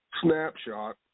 snapshot